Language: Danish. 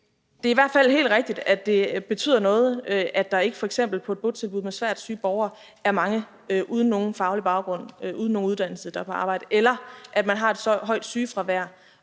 Det er i hvert fald helt rigtigt, at det betyder noget, at der ikke f.eks. på et botilbud med svært syge borgere er mange uden nogen faglig baggrund, uden nogen uddannelse, der er på arbejde, eller at man har et højt sygefravær,